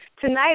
Tonight